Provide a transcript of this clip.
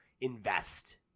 invest